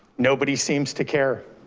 nobody seems to care.